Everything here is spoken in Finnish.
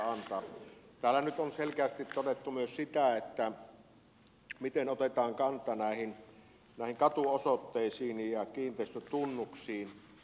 täällä nyt on selkeästi myös todettu miten otetaan kantaa näihin katuosoitteisiin ja kiinteistötunnuksiin